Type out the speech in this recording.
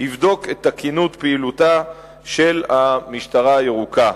יבדוק את תקינות פעילותה של המשטרה הירוקה.